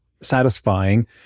satisfying